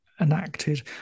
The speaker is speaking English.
enacted